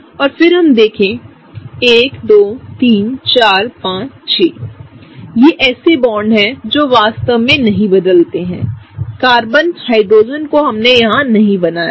और फिर हम देखें 1 2 3 4 5 6 ये ऐसेबॉन्ड हैंजो वास्तव में नहीं बदलते हैं कार्बन हाइड्रोजन को हमने यहां नहीं बनाया है